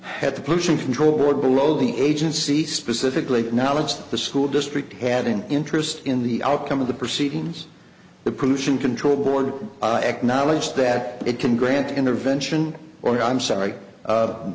t the pollution control board below the agency specifically now it's the school district had an interest in the outcome of the proceedings the pollution control board acknowledge that it can grant intervention or i'm sorry